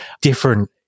different